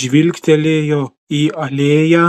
žvilgtelėjo į alėją